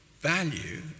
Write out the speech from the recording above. value